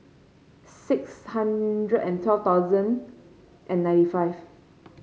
six hundred and twelve thousand and ninety five